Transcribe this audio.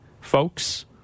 folks